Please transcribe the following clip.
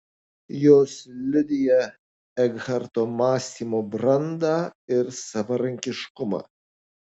jos liudija ekharto mąstymo brandą ir savarankiškumą